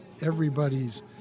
everybody's